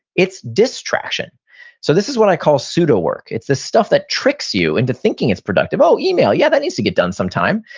it's distraction so this is what i call pseudowork. it's the stuff that tricks you into thinking it's productive. oh, email. yeah, that needs to get done sometime.